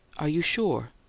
are you sure?